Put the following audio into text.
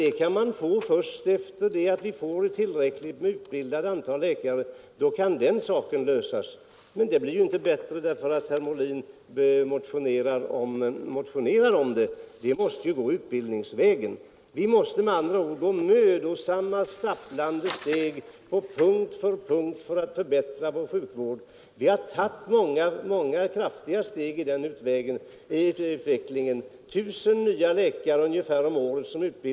Det problemet kan lösas först sedan vi fått ett tillräckligt 4 april 1973 antal läkare utbildade. Situationen blir inte bättre därför att herr Molin ———— motionerar om det — vi måste här gå fram utbildningsvägen. Vi måste Sjukvården med andra ord ta dessa mödosamma och stapplande steg för att på punkt efter punkt förbättra vår sjukvård. Vi har tagit många stora steg i den riktningen; det utbildas nu ungefär 1 000 nya läkare om året.